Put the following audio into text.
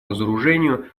разоружению